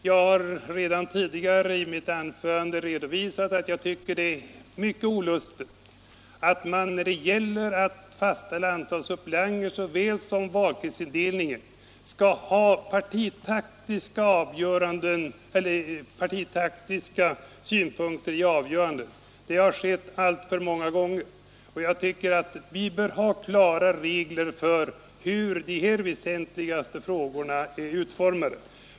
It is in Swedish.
Jag sade redan i mitt förra anförande att jag tycker det är mycket olustigt att man när det gäller att fastställa såväl antalet suppleanter som valkretsindelningen skall ha partitaktiska synpunkter med i avgörandet. Det har skett alltför många gånger, och jag tycker därför att vi bör ha klara regler för hur dessa väsentliga saker är utformade.